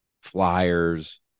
flyers